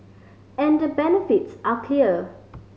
and the benefits are clear